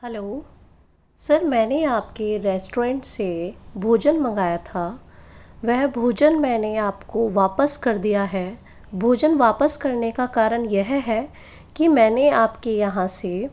hello sir मैंने आपके restaurant से भोजन मंगाया था वह भोजन मैंने आपको वापस कर दिया है भोजन वापस करने का कारण यह है कि मैंने आपके यहाँ से